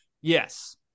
Yes